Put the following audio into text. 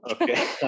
okay